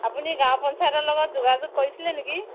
আপুনি গাঁও পঞ্চায়তৰ লগত যোগাযোগ কৰিছিলে নেকি